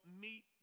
meet